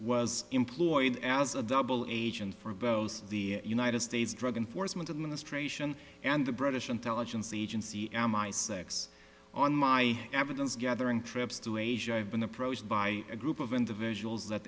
was employed as a double agent for both the united states drug enforcement administration and the british intelligence agency m i six on my evidence gathering trips to asia i've been approached by a group of individuals that